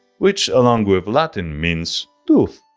which along with latin means tooth.